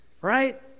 right